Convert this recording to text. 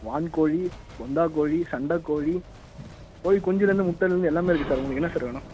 வான் கோழி பொந்தாக் கோழி சண்டைக் கோழி கோழி குஞ்சுலேருந்து முட்டைலேர்ந்து எல்லாமே இருக்குது சார் உங்களுக்கு என்ன சார் வேணும்